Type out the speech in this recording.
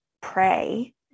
pray